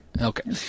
Okay